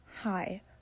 Hi